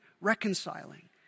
reconciling